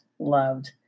Loved